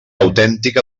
autèntica